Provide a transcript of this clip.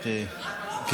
בהקשבה פה?